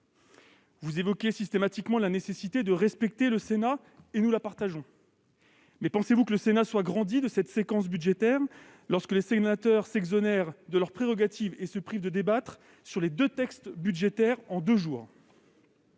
Vous évoquez systématiquement la nécessité de respecter le Sénat, et nous partageons cette conviction. Mais pensez-vous que celui-ci sorte grandi de cette séquence budgétaire, lorsque les sénateurs s'exonèrent de leurs prérogatives et se privent de débattre sur les deux textes budgétaires en deux jours ?